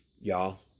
y'all